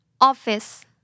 Office